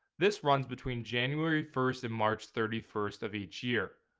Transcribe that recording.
this runs between january first and march thirty first of each year.